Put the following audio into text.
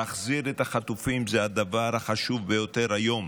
להחזיר את החטופים זה הדבר החשוב ביותר היום.